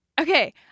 Okay